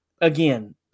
again